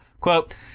Quote